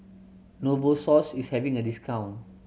Novosource is having a discount